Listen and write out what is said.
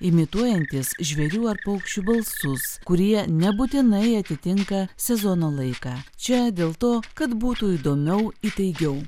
imituojantys žvėrių ar paukščių balsus kurie nebūtinai atitinka sezono laiką čia dėl to kad būtų įdomiau įtaigiau